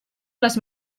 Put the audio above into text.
les